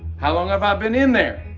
how long have i been in there?